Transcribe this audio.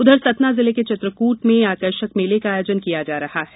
उधर सतना जिले के चित्रकूट में आकर्षक मेले का आयोजन किया जा रहा है